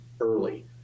early